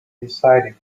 decided